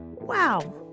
Wow